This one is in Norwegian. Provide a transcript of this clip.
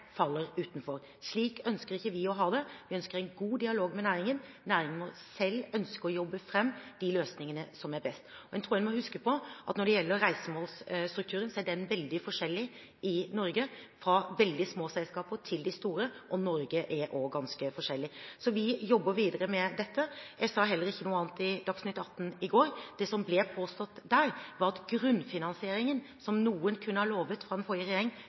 faller utenfor. Slik ønsker ikke vi å ha det. Vi ønsker en god dialog med næringen. Næringen må selv ønske å jobbe fram de løsningene som er best. Jeg tror man må huske på at når det gjelder reisemålsstrukturen, er den veldig forskjellig i Norge, fra veldig små selskaper til de store, og Norge er også ganske forskjellig. Vi jobber videre med dette, og jeg sa heller ikke noe annet i Dagsnytt 18 i går. Det som ble påstått der, var at grunnfinansieringen, som noen kunne ha lovet fra den forrige